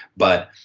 but